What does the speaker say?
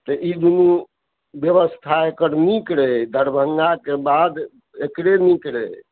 तऽ ई दुनू व्यवस्था एकर निक रहए दरभङ्गाके बाद एकरे निक रहए